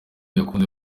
yakunze